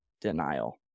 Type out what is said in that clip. denial